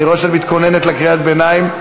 אני רואה שאת מתכוונת לקריאת ביניים.